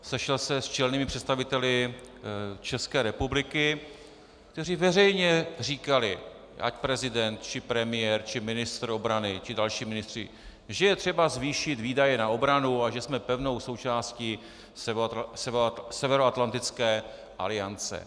Sešel se s čelnými představiteli České republiky, kteří veřejně říkali, ať prezident či premiér či ministr obrany či další ministři, že je třeba zvýšit výdaje na obranu a že jsme pevnou součástí Severoatlantické aliance.